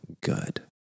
good